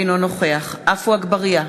אינו נוכח עפו אגבאריה,